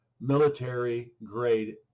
military-grade